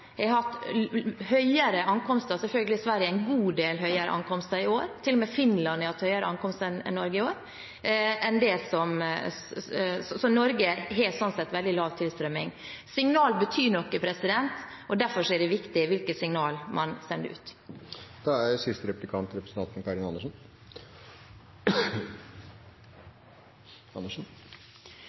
har hatt høyere antall ankomster – Sverige har selvfølgelig hatt en god del høyere antall ankomster i år. Til og med Finland har hatt høyere antall ankomster enn Norge i år. Norge har slik sett veldig lav tilstrømning. Signaler betyr noe. Derfor er det viktig hvilke signaler man sender ut.